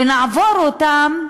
ונעבור אותם,